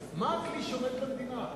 מעקב, מה הכלי שעומד למדינה?